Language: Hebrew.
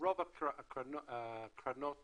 רוב קרנות